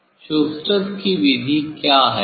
शस्टरस की विधि क्या है